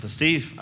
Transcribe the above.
Steve